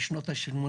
משנות ה-80.